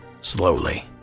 Slowly